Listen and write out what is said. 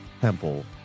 Temple